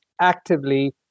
actively